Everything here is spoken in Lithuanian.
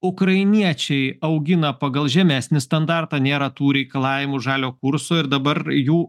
ukrainiečiai augina pagal žemesnį standartą nėra tų reikalavimų žalio kurso ir dabar jų